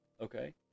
okay